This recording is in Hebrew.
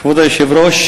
כבוד היושב-ראש,